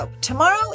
tomorrow